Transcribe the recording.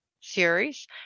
series